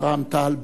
רע"ם-תע"ל בל"ד.